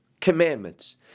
commandments